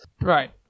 Right